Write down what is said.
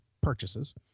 purchases